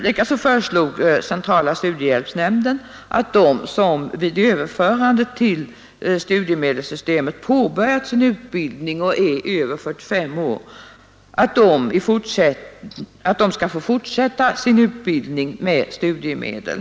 Likaså föreslog CSN att de som vid överförandet till studiemedelssystemet påbörjat sin utbildning och är över 45 år skall få fortsätta sin utbildning med studiemedel.